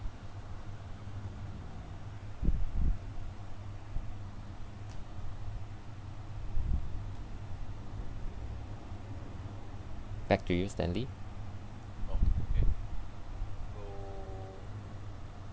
back to you stanley